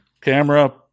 camera